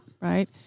Right